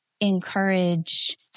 encourage